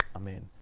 amen.